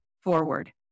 forward